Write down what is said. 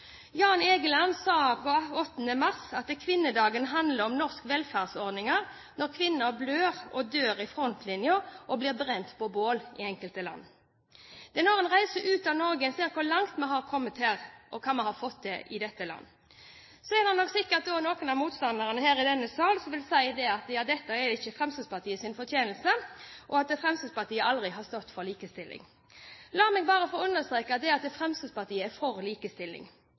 Jan Egeland sa 8. mars at kvinnedagen handler om norske velferdsordninger, når kvinner blør og dør i frontlinjen og i enkelte land blir brent på bålet. Det er når en reiser ut av Norge, at en ser hvor langt vi har kommet her, og hva vi har fått til i dette landet. Så er det nok sikkert også noen av motstanderne her i denne sal som vil si: Ja, dette er ikke Fremskrittspartiets fortjeneste, og at Fremskrittspartiet aldri har stått for likestilling. La meg bare få understreke at Fremskrittspartiet er for likestilling,